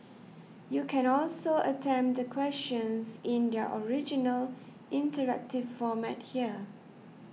you can also attempt the questions in their original interactive format here